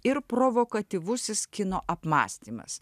ir provokatyvusis kino apmąstymas